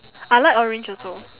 I like orange also